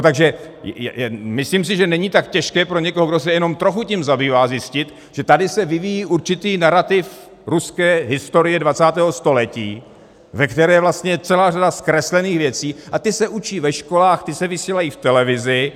Takže si myslím, že není tak těžké pro někoho, kdo se jenom trochu tím zabývá, zjistit, že tady se vyvíjí určitý narativ ruské historie dvacátého století, ve kterém je vlastně celá řada zkreslených věcí, a ty se učí ve školách, ty se vysílají v televizi.